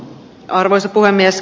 arvoisa puhemies